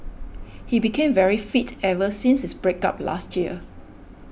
he became very fit ever since his break up last year